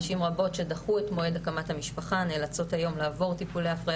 נשים רבות שדחו את מועד הקמת המשפחה נאלצות היום לעבור טיפולי הפריה